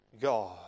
God